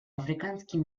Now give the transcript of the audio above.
африканский